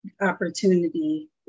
opportunity